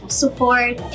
support